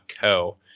co